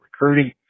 recruiting